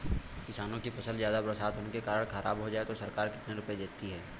किसानों की फसल ज्यादा बरसात होने के कारण खराब हो जाए तो सरकार कितने रुपये देती है?